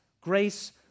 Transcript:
grace